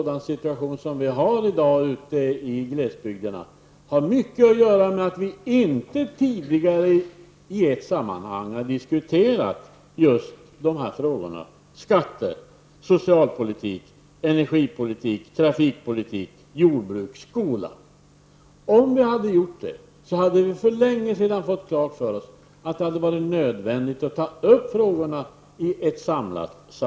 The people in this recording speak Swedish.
Den situation som råder ute i glesbygden i dag beror på att vi inte tidigare i ett sammanhang har diskuterat dessa frågor, dvs. skatte-, social-, energi-, trafik-, jordbruksoch skolpolitik. Om vi hade gjort det hade vi för länge sedan fått klart för oss att det hade varit nödvändigt att ta upp frågorna i ett sammanhang.